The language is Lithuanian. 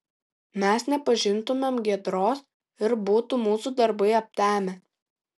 mes nepažintumėm giedros ir būtų mūsų darbai aptemę